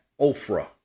Ophrah